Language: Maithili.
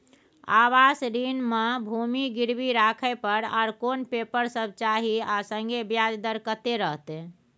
आवास ऋण म भूमि गिरवी राखै पर आर कोन पेपर सब चाही आ संगे ब्याज दर कत्ते रहते?